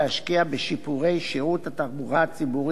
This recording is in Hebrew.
שירות התחבורה הציבורית ביישובים ערביים.